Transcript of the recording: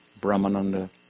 Brahmananda